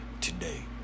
today